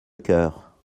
coeur